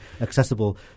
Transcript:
accessible